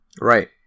Right